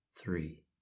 three